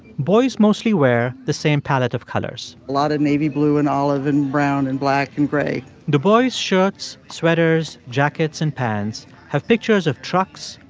boys mostly wear the same palette of colors a lot of navy blue and olive and brown and black and gray the boys' shorts, sweaters, jackets and pants have pictures of trucks,